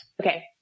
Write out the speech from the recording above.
okay